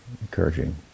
encouraging